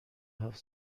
هفت